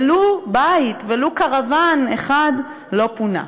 בית, קרוון אחד לא פונה.